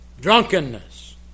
drunkenness